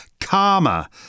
karma